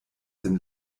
dem